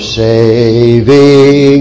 saving